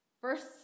first